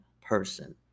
person